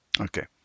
Okay